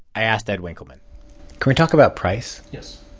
i asked ed winkleman can we talk about price? yes.